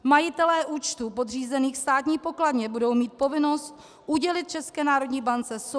Majitelé účtů podřízených Státní pokladně budou mít povinnost udělit České národní bance souhlas